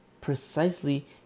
precisely